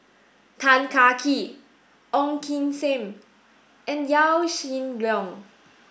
Tan Kah Kee Ong Kim Seng and Yaw Shin Leong